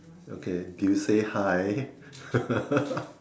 okay did you say hi